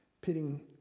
Pitting